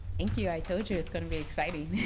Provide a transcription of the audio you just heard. thank you. i told you it's gonna be exciting.